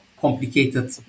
complicated